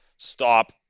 stop